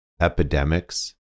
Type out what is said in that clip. epidemics